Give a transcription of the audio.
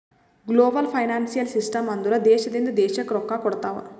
global financial system ಅಂದುರ್ ದೇಶದಿಂದ್ ದೇಶಕ್ಕ್ ರೊಕ್ಕಾ ಕೊಡ್ತಾವ್